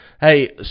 Hey